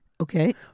Okay